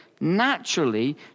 naturally